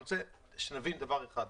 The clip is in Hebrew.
אני רוצה שנבין דבר אחד.